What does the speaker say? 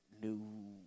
new